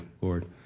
Lord